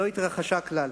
לא התרחשה כלל.